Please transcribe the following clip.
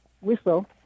whistle